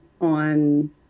on